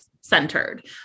centered